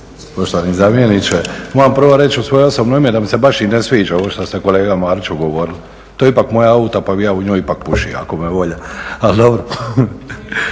Moram prvo reći u svoje osobno ime da mi se baš i ne sviđa ovo što ste kolega Mariću govorili. To je ipak moja … pa bi ja u njoj ipak pušio ako me volja, ali dobro.